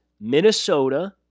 Minnesota